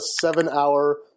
seven-hour –